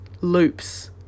loops